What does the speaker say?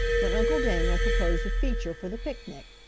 when uncle daniel proposed a feature for the picnic.